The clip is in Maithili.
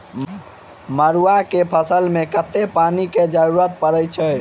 मड़ुआ केँ फसल मे कतेक पानि केँ जरूरत परै छैय?